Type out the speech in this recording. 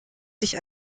sich